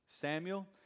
Samuel